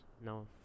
No